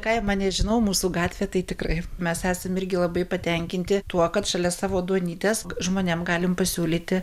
kaimą nežinau mūsų gatvė tai tikrai mes esam irgi labai patenkinti tuo kad šalia savo duonytės žmonėm galim pasiūlyti